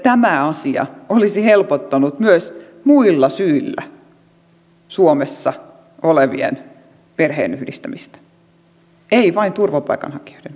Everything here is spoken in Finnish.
tämä asia olisi helpottanut myös muilla syillä suomessa olevien perheenyhdistämistä ei vain turvapaikanhakijoiden osalta